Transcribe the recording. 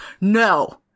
no